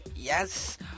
Yes